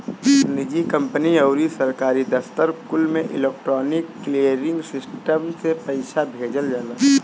निजी कंपनी अउरी सरकारी दफ्तर कुल में इलेक्ट्रोनिक क्लीयरिंग सिस्टम से पईसा भेजल जाला